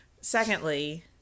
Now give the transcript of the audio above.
secondly